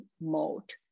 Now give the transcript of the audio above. mode